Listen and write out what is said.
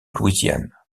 louisiane